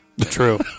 True